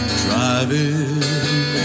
driving